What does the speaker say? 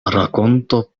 rakonto